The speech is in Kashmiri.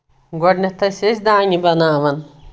گۄڈٕنیتھ ٲسۍ أسۍ دانہِ بَناوَان